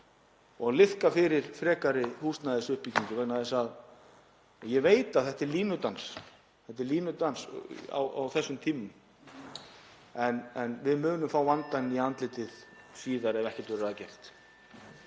og liðka fyrir frekari húsnæðisuppbyggingu. Ég veit að þetta er línudans á þessum tíma en við munum fá vandann í andlitið síðar ef ekkert verður að gert.